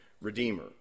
redeemer